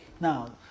now